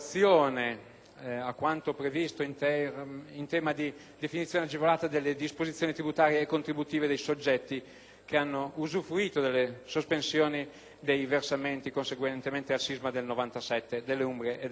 a quanto previsto in tema di definizione agevolata delle disposizioni tributarie e contributive dei soggetti che hanno usufruito delle sospensioni dei versamenti conseguentemente al sisma del 1997 in Umbria e nelle Marche.